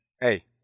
hey